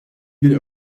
bir